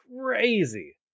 Crazy